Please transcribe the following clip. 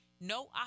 no